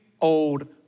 old